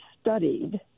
studied